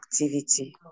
activity